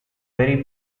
very